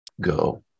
go